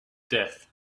death